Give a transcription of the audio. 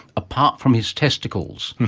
apart from his testicles,